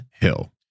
Hill